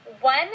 One